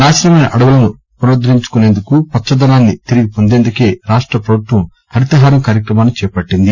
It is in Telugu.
నాశనమైన అడవులను పునరుద్దరించు కునేందుకు పచ్చదనాన్ని తిరిగి పొందేందుకే రాష్ట్ర పభుత్వం హరితహారం కార్యక్రమాన్ని చేపట్టింది